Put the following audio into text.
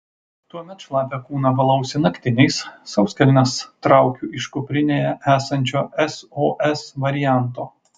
tuomet šlapią kūną valausi naktiniais sauskelnes traukiu iš kuprinėje esančio sos varianto